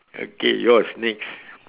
okay yours next